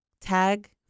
tag